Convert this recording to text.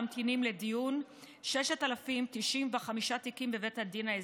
ממתינים לדיון 6,095 תיקים בבית הדין האזורי.